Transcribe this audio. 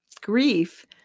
Grief